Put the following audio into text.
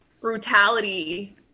brutality